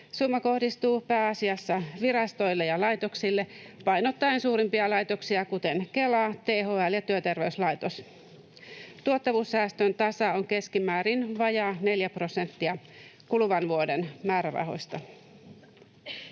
Summa kohdistuu pääasiassa virastoille ja laitoksille painottaen suurimpia laitoksia kuten Kela, THL ja Työterveyslaitos. Tuottavuussäästön taso on keskimäärin vajaa neljä prosenttia kuluvan vuoden määrärahoista.